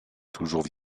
toujours